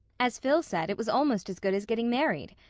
as phil said, it was almost as good as getting married.